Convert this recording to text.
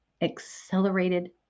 accelerated